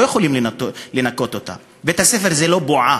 לא יכולים לנקות אותם, בית-הספר לא נמצא בבועה.